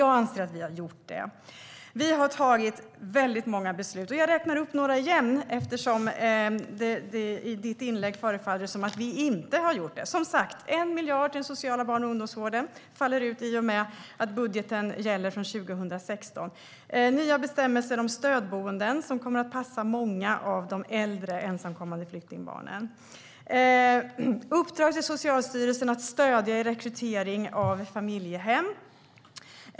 Jag anser att vi har gjort det. Vi har tagit väldigt många beslut. Jag ska räkna upp några igen, eftersom det i ditt inlägg förefaller som om vi inte har gjort det. 1 miljard går som sagt till den sociala barn och ungdomsvården i och med budgeten som gäller från 2016. Det finns nya bestämmelser om stödboenden som kommer att passa många av de äldre ensamkommande flyktingbarnen. Socialstyrelsen har fått i uppdrag att stödja i fråga om rekrytering av familjehem.